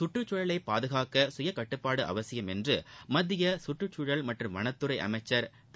சுற்றுச்சூழலைப் பாதுகாக்க சுயகட்டுப்பாடு அவசியம் என்று மத்திய சுற்றுச்சூழல் மற்றும் வனத்துறை அமைச்சா் திரு